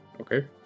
Okay